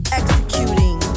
executing